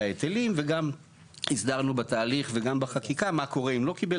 ההיטלים וגם הסדרנו בתהליך וגם בחקיקה מה קורה אם לא קיבל